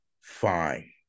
Fine